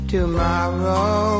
Tomorrow